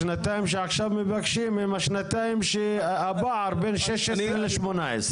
השנתיים שעכשיו מבקשים הן מהוות את הפער בין 2016 ל-2018.